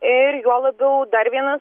ir juo labiau dar vienas